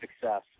success